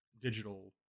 digital